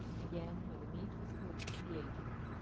again when the meat was cooked he ate it,